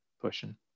pushing